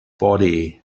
body